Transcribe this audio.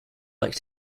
like